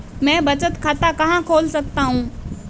मैं बचत खाता कहां खोल सकता हूं?